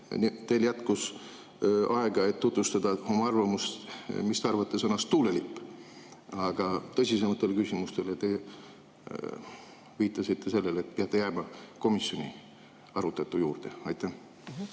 Teil jätkus aega, et tutvustada oma arvamust, mis te arvate sõnast "tuulelipp". Aga tõsisemate küsimuste puhul te viitasite sellele, et peate jääma komisjonis arutatu juurde. Aitäh,